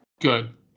Good